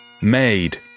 made